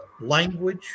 language